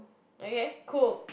okay cool